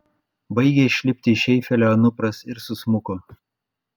baigė išlipti iš eifelio anupras ir susmuko